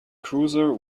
cruiser